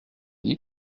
dis